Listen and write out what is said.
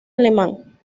alemán